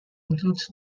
includes